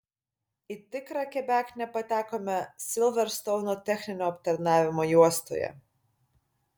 į tikrą kebeknę patekome silverstouno techninio aptarnavimo juostoje